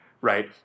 right